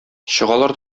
чыгалар